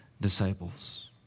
disciples